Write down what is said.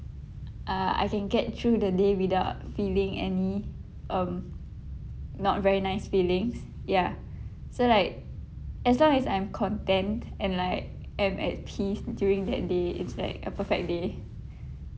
uh I can get through the day without feeling any um not very nice feelings ya so like as long as I'm content and like am at peace during that day it's like a perfect day